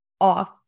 off